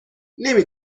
نمی